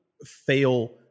fail